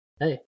hey